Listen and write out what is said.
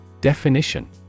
Definition